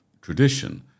tradition